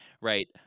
right